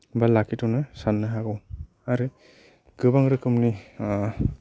बा लाखिथ'नो सान्नो हागौ आरो गोबां रोखोमनि